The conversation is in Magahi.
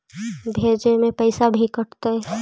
भेजे में पैसा भी कटतै?